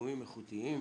וצילומים איכותיים.